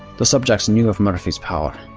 the subjects knew of murphy's power.